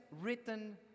written